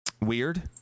weird